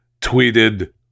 tweeted